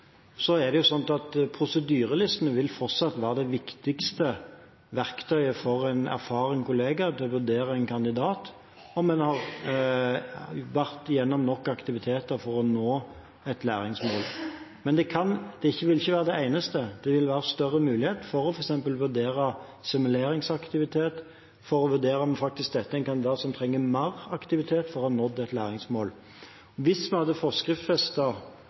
så vil prosedyrelistene fortsatt være det viktigste verktøyet for en erfaren kollega til å vurdere en kandidat, om vedkommende har vært igjennom nok aktiviteter for å nå et læringsmål. Men det vil ikke være det eneste. Det vil være større mulighet for f.eks. å vurdere simuleringsaktivitet, for å vurdere om dette er en kandidat som trenger mer aktivitet for å nå et læringsmål. Hvis vi hadde